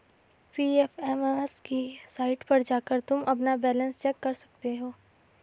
PFMS की site पर जाकर तुम अपना बैलन्स चेक कर सकते हो